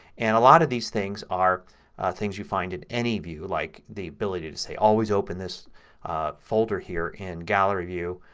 and a lot of these things are things you find in any view like the ability to say always open this folder here in gallery view.